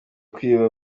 kwiba